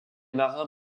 marins